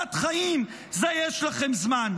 בהצלת חיים, יש לכם זמן.